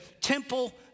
temple